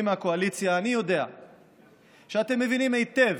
מהקואליציה אני יודע שאתם מבינים היטב